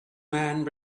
man